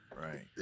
right